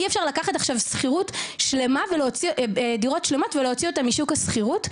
אי אפשר לקחת עכשיו דירות שלמות ולהוציא אותן משוק השכירות,